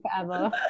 forever